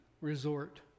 resort